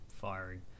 firing